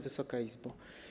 Wysoka Izbo!